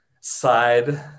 side